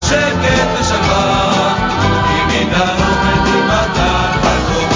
שקט ושלוה, כי מדרום תפתח הטובה